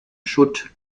schutt